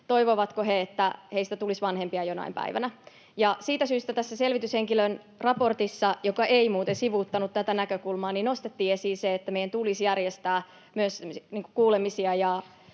toivovatko he, että heistä tulisi vanhempia jonain päivänä. Siitä syystä tässä selvityshenkilön raportissa — joka ei muuten sivuuttanut tätä näkökulmaa — nostettiin esiin se, että meidän tulisi järjestää myös kuulemisia